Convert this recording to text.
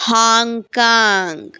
Hong Kong